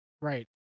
Right